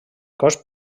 cos